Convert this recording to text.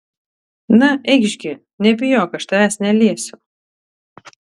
na eikš gi nebijok aš tavęs neliesiu